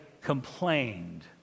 complained